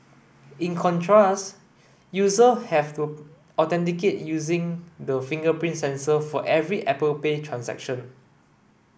in contrast user have to authenticate using the fingerprint sensor for every Apple Pay transaction